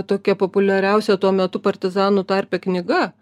tokia populiariausia tuo metu partizanų tarpe knyga